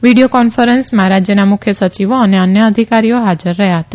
video કોન્ફરન્સમાં રાજયોના મુખ્ય સચિવો અને અન્ય અધિકારીઓ હાજર રહ્યાં હતા